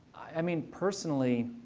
i mean, personally,